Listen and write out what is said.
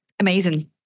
Amazing